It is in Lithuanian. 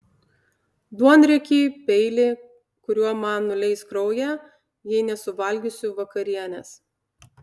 duonriekį peilį kuriuo man nuleis kraują jei nesuvalgysiu vakarienės